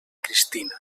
cristina